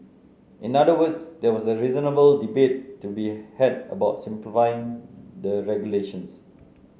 in other words there was a reasonable debate to be had about simplifying the regulations